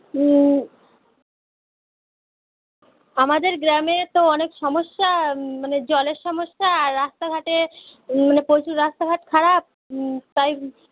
হুম আমাদের গ্রামে তো অনেক সমস্যা মানে জলের সমস্যা আর রাস্তাঘাটের মানে প্রচুর রাস্তাঘাট খারাপ তাই